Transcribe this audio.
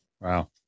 Wow